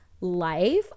life